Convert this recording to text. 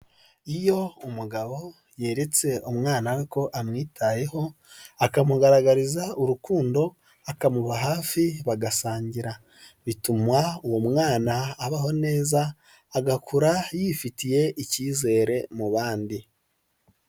Iyo umugabo yeretse umwana we ko amwitayeho akamugaragariza urukundo akamuba hafi bagasangira, bituma uwo mwana abaho neza agakura yifitiye icyizere mu bandi.